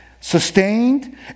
sustained